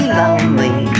lonely